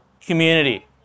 Community